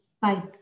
Bye